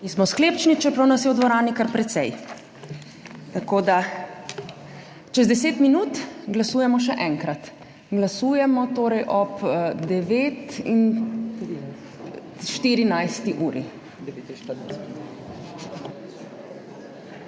Nismo sklepčni, čeprav nas je v dvorani kar precej. Tako da čez 10 minut glasujemo še enkrat. Glasujemo torej ob 9.14. uri.